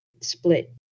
split